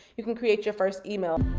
you can create your first email.